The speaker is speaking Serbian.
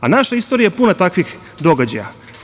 Naša istorija je puna takvih događaja.